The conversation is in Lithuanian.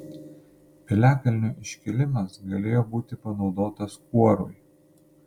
piliakalnio iškilimas galėjo būti panaudotas kuorui